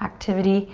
activity,